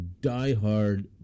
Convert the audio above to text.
diehard